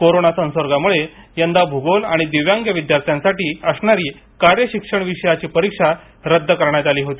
corona संसर्गामुळे यंदा भूगोल आणि दिव्यांग विद्यार्थ्यांसाठी असणारी कार्य शिक्षण विषयाची परीक्षा रद्द करण्यात आली होती